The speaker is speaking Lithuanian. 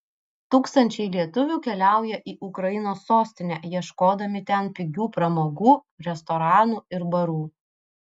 tūkstančiai lietuvių keliaują į ukrainos sostinę ieškodami ten pigių pramogų restoranų ir barų